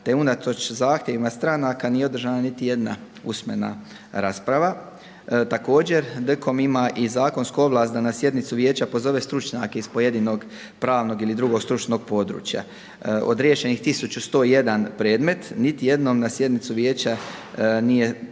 te unatoč zahtjevima stranaka nije održana niti jedna usmena rasprava. Također, DKOM ima i zakonsku ovlast da na sjednicu Vijeća pozove stručnjake iz pojedinog pravnog ili drugog stručnog područja. Od riješenih tisuću 101 predmet, niti jednom na sjednicu Vijeća nije